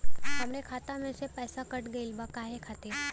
हमरे खाता में से पैसाकट गइल बा काहे खातिर?